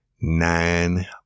nine